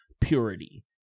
purity